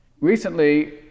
Recently